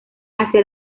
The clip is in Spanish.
hacia